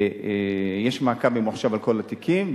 יש מעקב ממוחשב על כל התיקים,